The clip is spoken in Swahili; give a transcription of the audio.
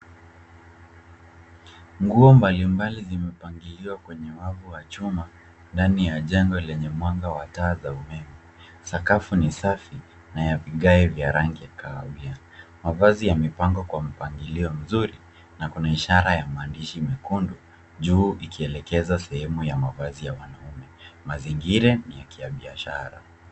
Nguo mbalimbali zimepangiliwa kwenye wavu wa chuma ndani ya jengo lenye mwanga wa taa za umeme. Sakafu ni safi na ya vigae vya rangi kahawia. Mavazi yamepangwa kwa mpagilio mzuri na kuna ishara ya maadishi mekundu juu ikielekeza sehemu ya mavazi ya wanaume. Mazingira ni ya kibiashara.